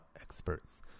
experts